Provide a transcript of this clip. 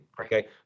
Okay